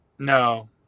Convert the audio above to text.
No